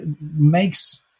makes